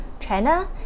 China